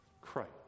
Christ